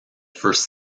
first